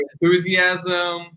enthusiasm